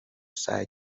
سعی